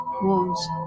wounds